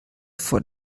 vor